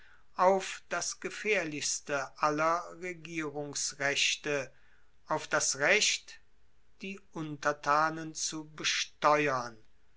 auf das gefaehrlichste aller regierungsrechte auf das recht die untertanen zu besteuern